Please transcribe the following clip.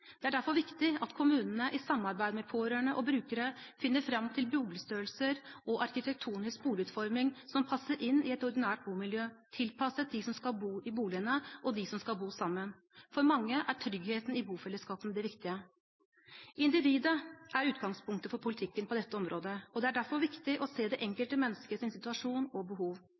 Det er derfor viktig at kommunene i samarbeid med pårørende og brukere finner fram til boligstørrelser og arkitektonisk boligutforming som passer inn i et ordinært bomiljø, tilpasset de som skal bo i boligene, og de som skal bo sammen. For mange er tryggheten i bofellesskapene det viktige. Individet er utgangspunktet for politikken på dette området, og det er derfor viktig å se det enkelte menneskets situasjon og behov.